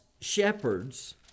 shepherds